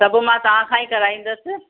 सभु मां तव्हां खां ई कराईंदसि